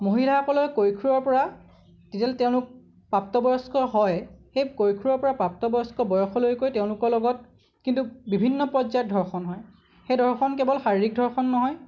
মহিলাসকলে কৈশোৰৰ পৰা যেতিয়া তেঁওলোক প্ৰাপ্তবয়স্ক হয় সেই কৈশোৰৰ পৰা প্ৰাপ্তবয়স্ক বয়সলৈকে তেঁওলোকৰ লগত কিন্তু বিভিন্ন পৰ্যায়ত ধৰ্ষণ হয় সেই ধৰ্ষণ কেৱল শাৰিৰীক ধৰ্ষণ নহয়